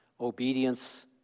obedience